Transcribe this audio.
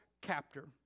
captor